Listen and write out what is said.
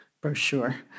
brochure